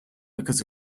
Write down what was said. because